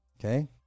Okay